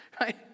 right